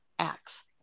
acts